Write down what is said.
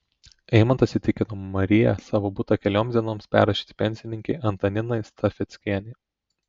eimantas įtikino mariją savo butą kelioms dienoms perrašyti pensininkei antaninai stafeckienei